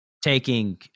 taking